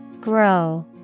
Grow